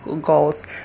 goals